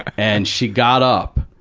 and she got up,